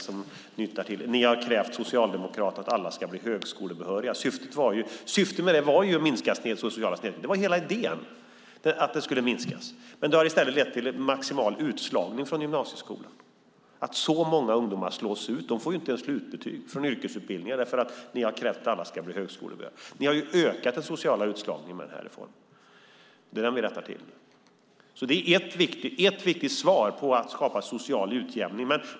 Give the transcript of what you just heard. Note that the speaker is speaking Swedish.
Socialdemokraterna har krävt att alla ska bli högskolebehöriga. Syftet med det var att minska den sociala snedrekryteringen. Det var hela idén. I stället har det lett till maximal utslagning från gymnasieskolan. Att så många ungdomar slås ut innebär att de inte får slutbetyg ens från yrkesutbildningar eftersom ni, Louise Malmström, krävt att alla ska bli högskolebehöriga. Ni har med den reformen ökat den sociala utslagningen, och det är den vi nu rättar till. Det är ett viktigt svar på att skapa social utjämning.